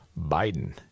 Biden